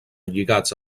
lligats